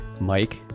Mike